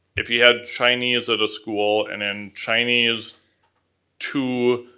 if you had chinese at a school, and in chinese two,